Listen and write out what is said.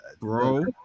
Bro